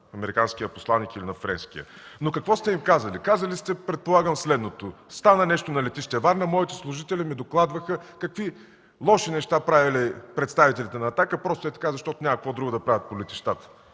американския посланик или на френския, но какво сте им казали? Казали сте, предполагам, следното – стана нещо на летище Варна, моите служители ми докладваха какви лоши неща правили представителите на „Атака“, просто ей така, защото няма какво друго да правят по летищата.